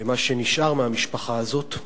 למי שנשאר מהמשפחה הזאת,